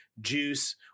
juice